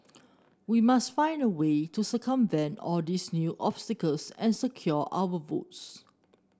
we must find a way to circumvent all these new obstacles and secure our votes